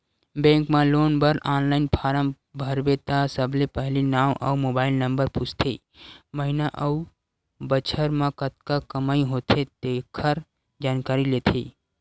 bank म loan बर online form भरबे त सबले पहिली नांव अउ मोबाईल नंबर पूछथे, महिना अउ बछर म कतका कमई होथे तेखर जानकारी लेथे